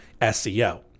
SEO